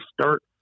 start